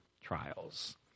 trials